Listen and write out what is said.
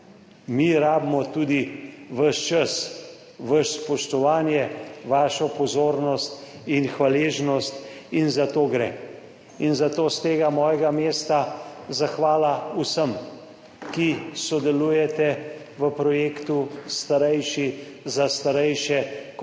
mi rabimo tudi vaš čas, vaše spoštovanje, vašo pozornost in hvaležnost in za to gre, in zato s tega mojega mesta zahvala vsem, ki sodelujete v projektu Starejši za starejše kot